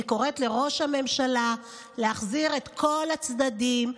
אני קוראת לראש הממשלה להחזיר את כל הצדדים,